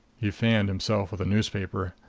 he fanned himself with a newspaper.